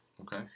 Okay